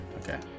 Okay